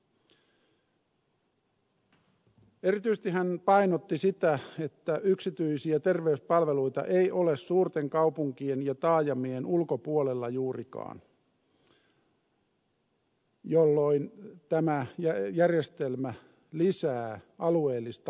erityisesti hän painotti sitä että yksityisiä terveyspalveluita ei ole suurten kaupunkien ja taajamien ulkopuolella juurikaan jolloin tämä järjestelmä lisää alueellista eriarvoisuutta